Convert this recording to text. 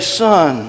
son